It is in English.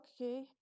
okay